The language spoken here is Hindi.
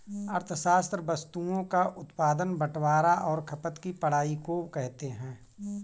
अर्थशास्त्र वस्तुओं का उत्पादन बटवारां और खपत की पढ़ाई को कहते हैं